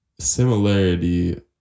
similarity